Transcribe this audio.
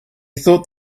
thought